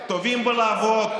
אנחנו טובים בלעבוד,